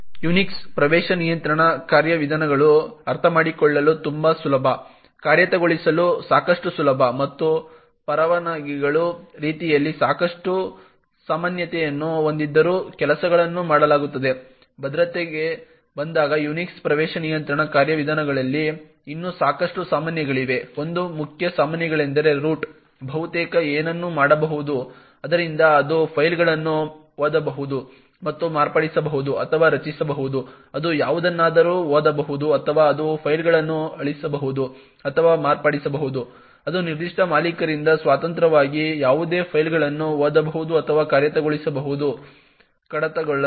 Unix ಪ್ರವೇಶ ನಿಯಂತ್ರಣ ಕಾರ್ಯವಿಧಾನಗಳು ಅರ್ಥಮಾಡಿಕೊಳ್ಳಲು ತುಂಬಾ ಸುಲಭ ಕಾರ್ಯಗತಗೊಳಿಸಲು ಸಾಕಷ್ಟು ಸುಲಭ ಮತ್ತು ಪರವಾನಗಿಗಳು ರೀತಿಯಲ್ಲಿ ಸಾಕಷ್ಟು ನಮ್ಯತೆಯನ್ನು ಹೊಂದಿದ್ದರೂ ಕೆಲಸಗಳನ್ನು ಮಾಡಲಾಗುತ್ತದೆ ಭದ್ರತೆಗೆ ಬಂದಾಗ Unix ಪ್ರವೇಶ ನಿಯಂತ್ರಣ ಕಾರ್ಯವಿಧಾನಗಳಲ್ಲಿ ಇನ್ನೂ ಸಾಕಷ್ಟು ಸಮಸ್ಯೆಗಳಿವೆ ಒಂದು ಮುಖ್ಯ ಸಮಸ್ಯೆಗಳೆಂದರೆ ರೂಟ್ ಬಹುತೇಕ ಏನನ್ನೂ ಮಾಡಬಹುದು ಆದ್ದರಿಂದ ಅದು ಫೈಲ್ಗಳನ್ನು ಓದಬಹುದು ಮತ್ತು ಮಾರ್ಪಡಿಸಬಹುದು ಅಥವಾ ರಚಿಸಬಹುದು ಅದು ಯಾವುದನ್ನಾದರೂ ಓದಬಹುದು ಅಥವಾ ಅದು ಫೈಲ್ಗಳನ್ನು ಅಳಿಸಬಹುದು ಅಥವಾ ಮಾರ್ಪಡಿಸಬಹುದು ಅದು ನಿರ್ದಿಷ್ಟ ಮಾಲೀಕರಿಂದ ಸ್ವತಂತ್ರವಾಗಿ ಯಾವುದೇ ಫೈಲ್ಗಳನ್ನು ಓದಬಹುದು ಅಥವಾ ಕಾರ್ಯಗತಗೊಳಿಸಬಹುದು ಕಡತಗಳನ್ನು